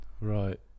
Right